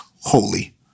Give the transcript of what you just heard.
holy